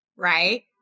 Right